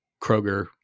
Kroger